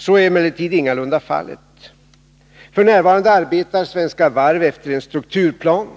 :Så är emellertid ingalunda fallet. F.n. arbetar Svenska Varv efter en strukturplan,